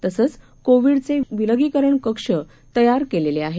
तसंच कोविडचे विलागीकरण कक्ष तयार केलेलं आहे